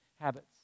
habits